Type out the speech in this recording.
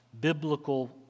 biblical